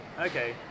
Okay